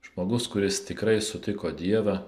žmogus kuris tikrai sutiko dievą